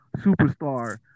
superstar